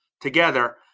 together